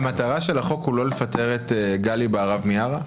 המטרה של החוק היא לא לפטר את גלי בהרב מיארה?